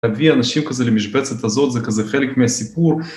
להביא אנשים, כזה, למשבצת הזאת זה, כזה, חלק מהסיפור.